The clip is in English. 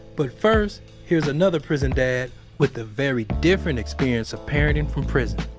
but first here's another prison dad with a very different experience of parenting from prison